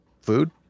food